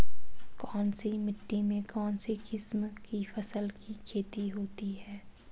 कौनसी मिट्टी में कौनसी किस्म की फसल की खेती होती है?